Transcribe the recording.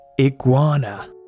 Iguana